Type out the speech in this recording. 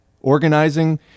Organizing